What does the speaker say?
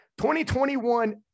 2021